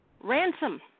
Ransom